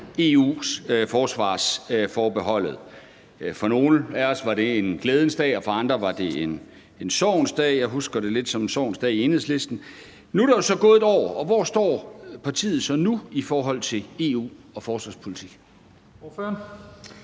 EU-forsvarsforbeholdet. For nogle af os var det en glædens dag, og for andre var det en sorgens dag – jeg husker det lidt som en sorgens dag hos Enhedslisten. Nu er der jo så gået 1 år, og hvor står partiet så nu i forhold til EU og forsvarspolitikken?